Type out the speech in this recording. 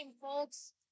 folks